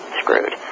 screwed